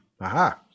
Aha